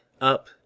up